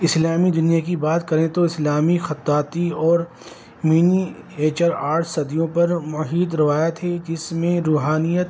اسلامی دنیا کی بات کریں تو اسلامی خطاطی اور منیئیچر آرٹ صدیوں پر محیط روایت ہے جس میں روحانیت